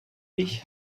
ich